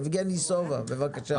יבגני סובה, בבקשה.